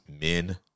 men